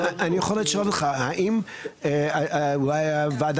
אם אני יכול לשאול אותך בהקשר הגבלות על הסביבה,